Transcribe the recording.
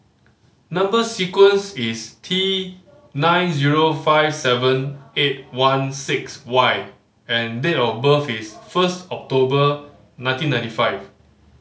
number sequence is T nine zero five seven eight one six Y and date of birth is first October nineteen ninety five